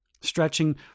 stretching